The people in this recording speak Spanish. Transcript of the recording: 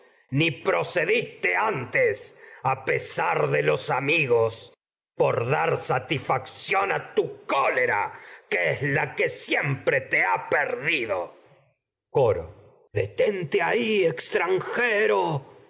ni proce diste tu antes pesar es de los amigos por dar satisfacción a cólera que la que siempre te ha perdido coro detente ahi extranjero